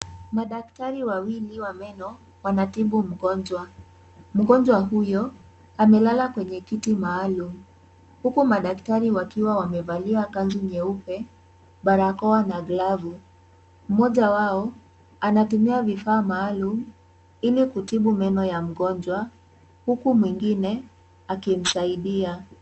Madaktari wawili wa meno wanatibu mgonjwa. Mgonjwa huyo amelala kwenye kiti maalum huku madaktari wakiwa wamevalia kanzu nyeupe, barakoa na glavu. Mmoja wao anatumia vifaa maalum ili kutibu meno ya mgonjwa huku mwingine akimsaidia.